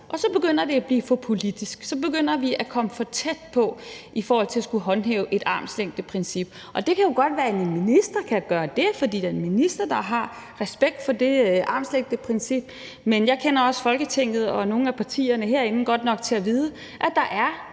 og så begynder det at blive for politisk; så begynder vi at komme for tæt på i forhold til at skulle håndhæve et armslængdeprincip. Det kan jo godt være, at en minister kan gøre det, fordi der er tale om en minister, der har respekt for det armslængdeprincip, men jeg kender også Folketinget og nogle af partierne herinde godt nok til at vide, at der er